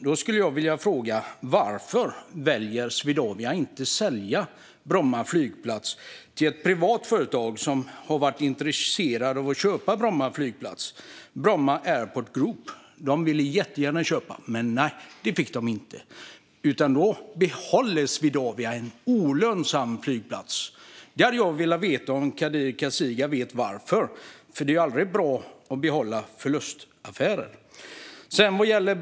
Då skulle jag vilja fråga varför Swedavia inte väljer att sälja Bromma flygplats till Bromma Airport Group, ett privat företag som har varit intresserat av att köpa Bromma flygplats. De ville jättegärna köpa, men nej, det fick de inte. Swedavia behåller i stället en olönsam flygplats. Jag skulle vilja veta om Kadir Kasirga vet varför. Det är ju aldrig bra att behålla förlustaffärer.